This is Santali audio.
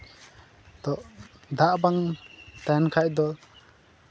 ᱛᱚ ᱫᱟᱜ ᱵᱟᱝ ᱛᱟᱦᱮᱱ ᱠᱷᱟᱡ ᱫᱚ